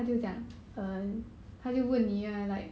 !huh!